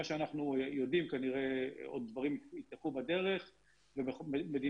שאנחנו יודעים - כנראה עוד דברים יתקעו בדרך ומדינות,